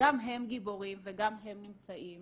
וגם הם גיבורים וגם הם נמצאים